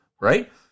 right